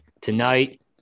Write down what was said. Tonight